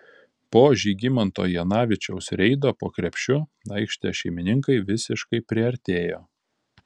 po žygimanto janavičiaus reido po krepšiu aikštės šeimininkai visiškai priartėjo